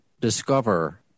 discover